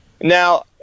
Now